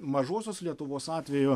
mažosios lietuvos atveju